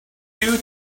due